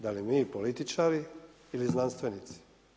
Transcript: Da li mi političari ili znanstvenici?